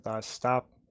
stop